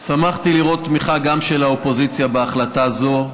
שמחתי לראות תמיכה גם של האופוזיציה בהחלטה זו,